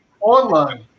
online